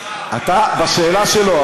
לפחות בשאלה שלו.